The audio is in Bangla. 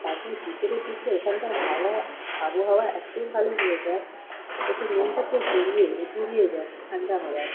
তারপর বিকেলের দিকে ওখানকার হাওয়া আবহাওয়া এত ভালো হয়ে যায় যাতে মনটা পুরো জড়িয়ে জুড়িয়ে যায় ঠান্ডা হাওয়ায়